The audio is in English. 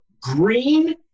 green